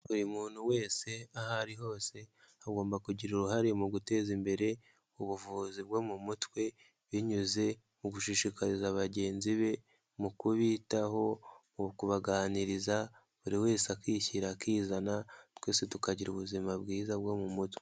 Buri muntu wese aho ari hose agomba kugira uruhare mu guteza imbere ubuvuzi bwo mu mutwe, binyuze mu gushishikariza bagenzi be, mu kubitaho, mu kubaganiriza, buri wese akishyira akizana, twese tukagira ubuzima bwiza bwo mu mutwe.